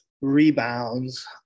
rebounds